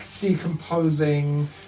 decomposing